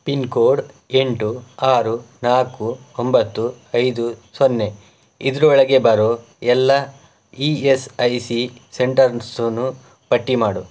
pin code ಎಂಟು ಆರು ನಾಲ್ಕು ಒಂಬತ್ತು ಐದು ಸೊನ್ನೆ ಇದರೊಳಗೆ ಬರೋ ಎಲ್ಲ ಇ ಎಸ್ ಐ ಸಿ ಸೆಂಟರ್ಸೂನೂ ಪಟ್ಟಿ ಮಾಡು